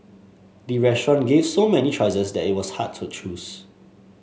the restaurant gave so many choices that it was hard to choose